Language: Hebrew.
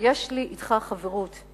ויש לי אתך חברות.